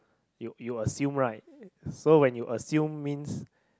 you you assume right so when you assume means